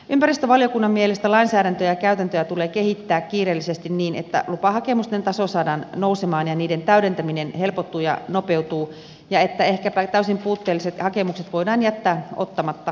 ympäristövaliokunnan mielestä lainsäädäntöä ja käytäntöjä tulee kehittää kiireellisesti niin että lupahakemusten taso saadaan nousemaan ja niiden täydentäminen helpottuu ja nopeutuu ja että ehkäpä täysin puutteelliset hakemukset voidaan jättää ottamatta käsiteltäviksi